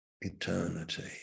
eternity